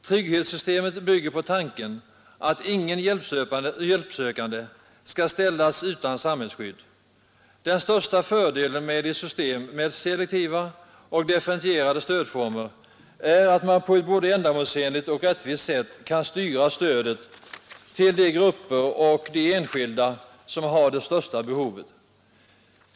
Trygghetssystemet bygger på tanken att ingen hjälpsökande skall ställas utan samhällsskydd. Den största fördelen med ett system med selektiva och differentierade stödformer är att man på ett både ändamålsenligt och rättvist sätt kan styra stödet till de grupper och de enskilda som har det största behovet.